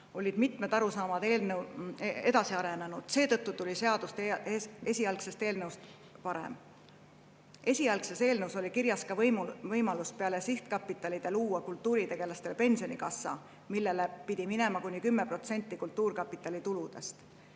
Eestis mitmed arusaamad edasi arenenud, seetõttu tuli seadus esialgsest eelnõust parem. Esialgses eelnõus oli kirjas ka võimalus lisaks sihtkapitalidele luua kultuuritegelaste pensionikassa, milleks pidi minema kuni 10% kultuurkapitali tuludest.